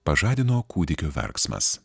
pažadino kūdikio verksmas